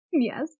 Yes